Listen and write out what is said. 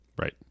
right